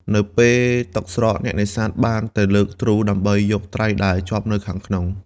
នៅពេលទឹកស្រក អ្នកនេសាទបានទៅលើកទ្រូដើម្បីយកត្រីដែលជាប់នៅខាងក្នុង។